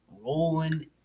rolling